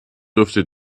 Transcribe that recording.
dürfte